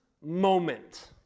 moment